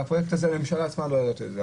והפרויקט הזה, הממשלה עצמה לא עומדת בזה.